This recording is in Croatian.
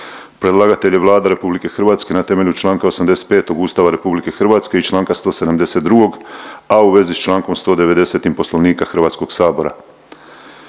Predlagatelj je Vlada RH na temelju Članka 85. Ustava RH i Članka 172., a u vezi s Člankom 190. Poslovnika Hrvatskog sabora.